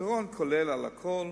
פתרון כולל על הכול.